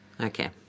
Okay